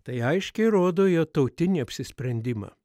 tai aiškiai rodo jo tautinį apsisprendimą